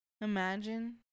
Imagine